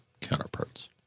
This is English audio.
counterparts